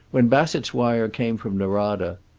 when bassett's wire came from norada,